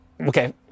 okay